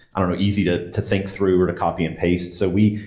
i don't know, easy to to think through or to copy and paste so we,